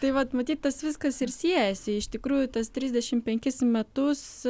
tai vat matyt tas viskas ir siejasi iš tikrųjų tas trisdešimt penkis metus